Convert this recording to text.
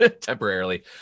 temporarily